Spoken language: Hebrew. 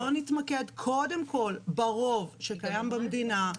בואו נתמקד קודם כל ברוב שקיים במדינה.